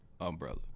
umbrella